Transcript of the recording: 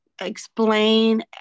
explain